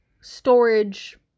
storage